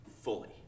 Fully